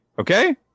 okay